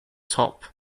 top